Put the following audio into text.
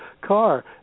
car